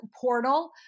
portal